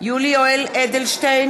יולי יואל אדלשטיין,